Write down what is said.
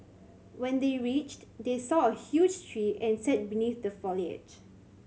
when they reached they saw a huge tree and sat beneath the foliage